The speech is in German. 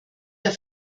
der